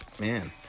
Man